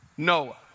Noah